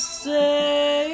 say